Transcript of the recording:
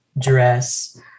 dress